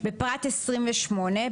בפרט 28,